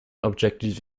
objective